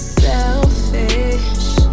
selfish